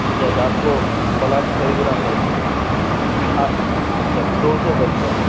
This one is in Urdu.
اچھا تو آپ کو پلاٹ خریدنا ہے کہ آپ اچھا دو سو گز کا